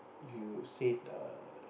if you said the